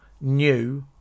new